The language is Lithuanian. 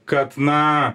kad na